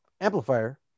amplifier